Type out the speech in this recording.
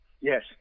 Yes